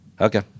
Okay